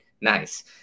nice